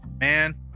man